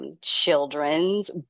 children's